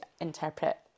interpret